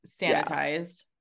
sanitized